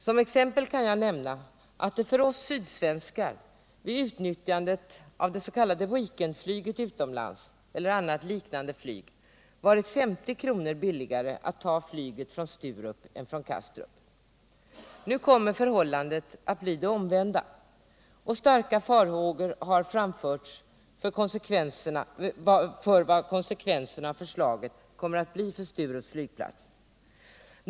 Som exempel kan jag nämna att det för oss sydsvenskar vid utnyttjandet av det s.k. weekendflyget utomlands eller annat liknande flyg har varit 50 kr. billigare att ta flyget från Sturup än från Kastrup. Nu kommer förhållandet att bli det omvända, och starka farhågor har framförts för vilka konsekvenser förslaget kommer att få för Sturups flygplats.